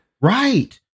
Right